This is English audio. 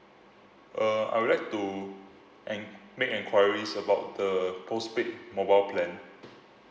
uh I would like to enq~ make enquiries about the postpaid mobile plan